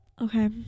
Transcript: Okay